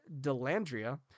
Delandria